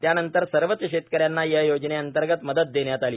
त्यानंतर सर्वच शेतकऱ्यांना या योजने अंतर्गत मदत देण्यात आली